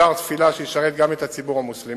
חדר תפילה שישרת גם את הציבור המוסלמי.